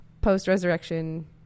post-resurrection